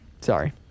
Sorry